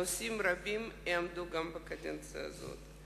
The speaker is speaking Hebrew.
הם רבים, ויעמדו גם בקדנציה הזאת: